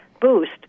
boost